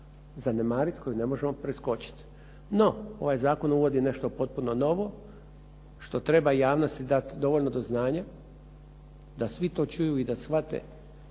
zanemariti, koju ne možemo preskočiti. No, ovaj zakon uvodi nešto potpuno novo što treba i javnosti dati dovoljno do znanja da svi to čuju i da shvate,